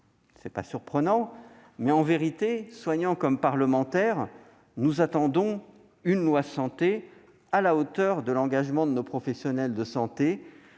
ne sont toujours pas tirées. En vérité, soignants comme parlementaires, nous attendons une loi Santé à la hauteur de l'engagement de nos professionnels de santé,